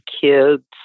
kids